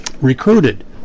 recruited